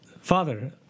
Father